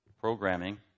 programming